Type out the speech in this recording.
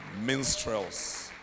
minstrels